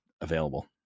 available